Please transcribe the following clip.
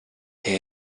hear